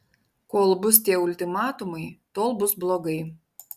kol bus tie ultimatumai tol bus blogai